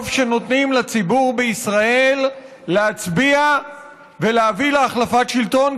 טוב שנותנים לציבור בישראל להצביע ולהביא להחלפת שלטון,